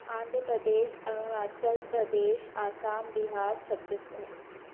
Andhra Pradesh Arunachal Pradesh Assam Bihar Chhattisgarh